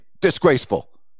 Disgraceful